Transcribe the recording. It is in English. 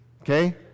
Okay